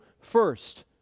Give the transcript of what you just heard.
first